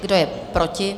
Kdo je proti?